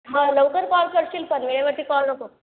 हां लवकर कॉल करशील पण वेळेवरती कॉल नको